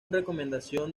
recomendación